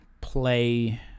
play